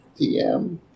DM